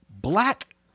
Black